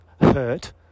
hurt